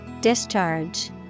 Discharge